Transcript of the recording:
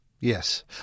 Yes